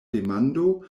demando